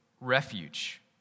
refuge